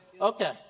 Okay